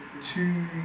two